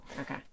Okay